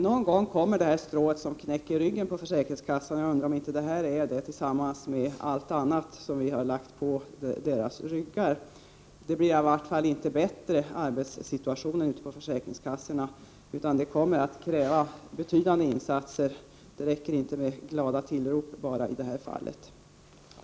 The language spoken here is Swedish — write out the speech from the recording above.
Någon gång kommer det strå som knäcker ryggen på försäkringskassans personal. Jag undrar om inte detta kommer att bli det som knäcker dem, tillsammans med allt annat vi har lagt på dem. Det blir i alla fall inte en bättre arbetssituation ute på försäkringskassorna. Betydande insatser kommer att krävas. Det räcker inte med glada tillrop i detta fall.